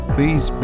Please